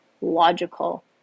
logical